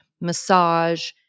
massage